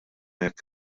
jekk